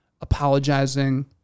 apologizing